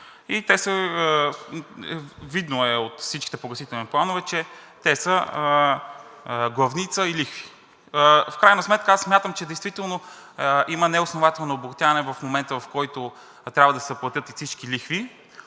Видно е от всичките погасителни планове, че те са главница и лихви. В крайна сметка аз смятам, че действително има неоснователно обогатяване в момента, в който трябва да се заплатят и всички лихви.